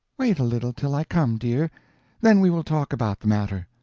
wait a little till i come, dear then we will talk about the matter.